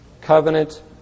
covenant